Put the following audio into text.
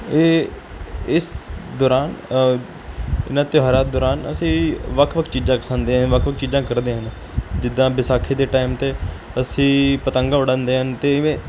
ਇਹ ਇਸ ਦੌਰਾਨ ਇਹਨਾਂ ਤਿਉਹਾਰਾਂ ਦੌਰਾਨ ਅਸੀਂ ਵੱਖ ਵੱਖ ਚੀਜ਼ਾਂ ਖਾਂਦੇ ਹਾਂ ਵੱਖ ਵੱਖ ਚੀਜ਼ਾਂ ਕਰਦੇ ਹਨ ਜਿੱਦਾਂ ਵਿਸਾਖੀ ਦੇ ਟਾਈਮ 'ਤੇ ਅਸੀਂ ਪਤੰਗ ਉੜਾਉਂਦੇ ਹਨ ਅਤੇ ਇਵੇਂ